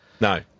No